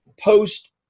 post